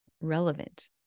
Relevant